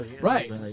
Right